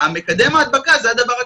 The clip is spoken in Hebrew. מקדם הדבקה זה הדבר הקריטי.